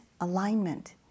alignment